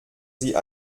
sie